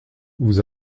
vous